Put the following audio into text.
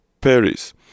Paris